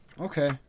Okay